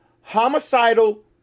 homicidal